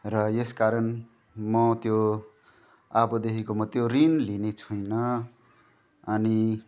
र यस कारण म त्यो अबदेखिको म त्यो ऋण लिने छुइनँ अनि